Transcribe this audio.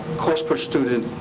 cost per student.